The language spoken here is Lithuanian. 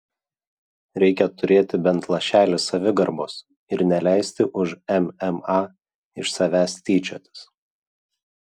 reikia turėti bent lašelį savigarbos ir neleisti už mma iš savęs tyčiotis